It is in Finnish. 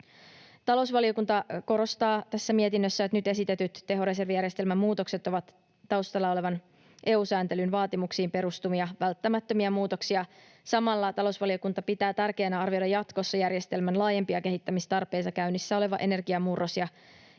Talousvaliokunta korostaa tässä mietinnössä, että nyt esitetyt tehoreservijärjestelmän muutokset ovat taustalla olevan EU-sääntelyn vaatimuksiin perustuvia välttämättömiä muutoksia. Samalla talousvaliokunta pitää tärkeänä arvioida jatkossa järjestelmän laajempia kehittämistarpeita käynnissä oleva energiamurros ja EU:n